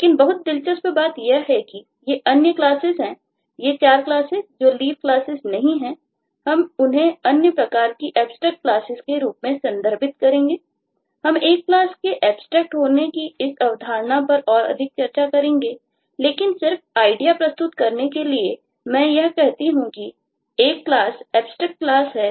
लेकिन बहुत दिलचस्प बात यह है कि ये अन्य क्लासेस हैं ये चार क्लासेस जो लीफ क्लासेस करना संभव नहीं है